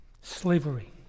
slavery